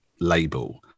label